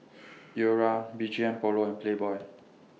Lora B G M Polo and Playboy